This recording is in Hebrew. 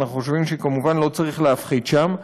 ואנחנו חושבים שכמובן לא צריך להפחית שם,